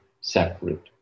separate